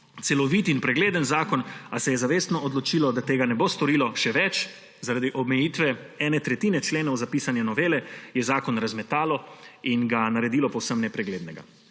celovit in pregleden zakon, a se je zavestno odločilo, da tega ne bo storilo. Še več, zaradi omejitve ene tretjine členov zapisane novele je zakon razmetalo in ga naredilo povsem nepreglednega.